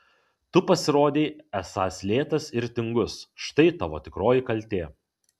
tu pasirodei esąs lėtas ir tingus štai tavo tikroji kaltė